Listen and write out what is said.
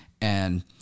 And-